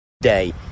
day